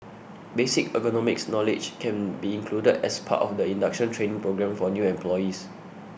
basic ergonomics knowledge can be included as part of the induction training programme for new employees